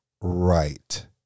right